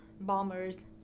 bombers